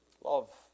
Love